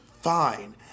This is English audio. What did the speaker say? fine